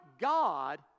God